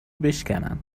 بشکنن